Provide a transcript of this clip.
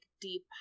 deep